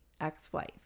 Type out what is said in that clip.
ex-wife